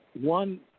One